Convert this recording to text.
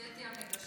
קטי המגשרת.